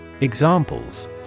Examples